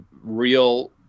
real